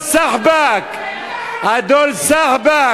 חבר שלך, אלו חברים שלך.) (אומר בערבית: